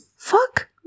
Fuck